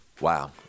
Wow